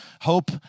Hope